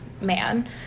man